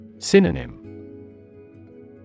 Synonym